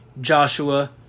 Joshua